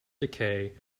decay